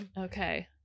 Okay